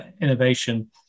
innovation